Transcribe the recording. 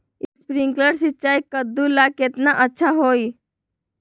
Sprinkler सिंचाई कददु ला केतना अच्छा होई?